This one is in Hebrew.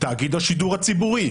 תאגיד השידור הציבורי,